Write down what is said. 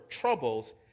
troubles